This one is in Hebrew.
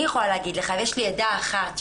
אני יכולה להגיד לך שיש לי עדה אחת,